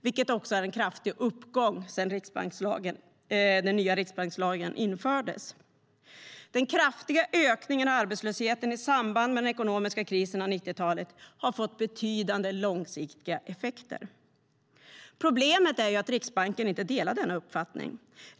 Det är en kraftig uppgång sedan den nya riksbankslagen infördes. Den kraftiga ökningen av arbetslösheten i samband med den ekonomiska krisen i början av 90-talet har fått betydande långsiktiga effekter. Problemet är att Riksbanken inte delar denna uppfattning.